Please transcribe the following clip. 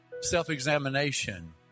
Self-examination